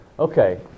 Okay